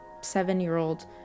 seven-year-old